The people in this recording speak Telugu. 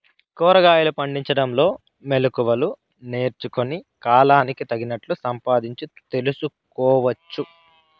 కూరగాయలు పండించడంలో మెళకువలు నేర్చుకుని, కాలానికి తగినట్లు సంపాదించు తెలుసుకోవచ్చు